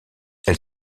elle